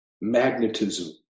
magnetism